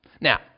Now